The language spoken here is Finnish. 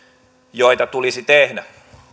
joita tulisi tehdä